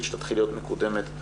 ולא מצליחים להבין וזאת